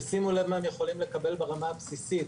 ושימו לב מה הם יכולים לקבל ברמה הבסיסית,